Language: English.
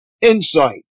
Insight